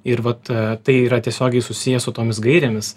ir vat tai yra tiesiogiai susiję su tomis gairėmis